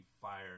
fire